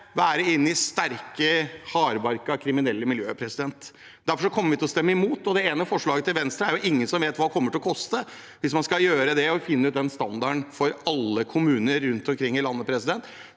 være inne i sterke, hardbarkede kriminelle miljøer. Derfor kommer vi til å stemme imot. Det ene forslaget til Venstre er det ingen som vet hva kommer til å koste. Hvis man skal gjøre det og finne den standarden for alle kommuner rundt omkring i landet, burde